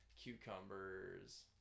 cucumbers